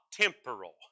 temporal